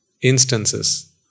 instances